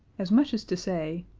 as much as to say,